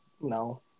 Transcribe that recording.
No